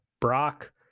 Brock